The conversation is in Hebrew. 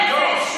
נפש,